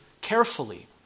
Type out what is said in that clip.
carefully